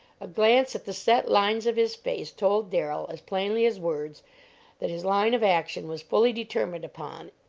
a glance at the set lines of his face told darrell as plainly as words that his line of action was fully determined upon,